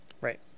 Right